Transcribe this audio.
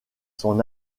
son